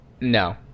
No